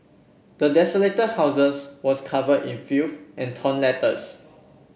the desolated houses was covered in filth and torn letters